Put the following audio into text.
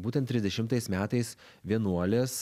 būtent trisdešimtais metais vienuolės